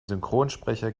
synchronsprecher